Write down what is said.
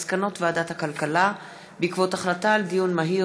על מסקנות ועדת הכלכלה בעקבות דיון מהיר